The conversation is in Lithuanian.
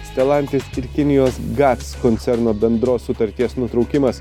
stelantis ir kinijos gats koncerno bendros sutarties nutraukimas